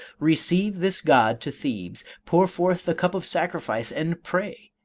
receive this god to thebes pour forth the cup of sacrifice, and pray,